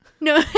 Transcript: No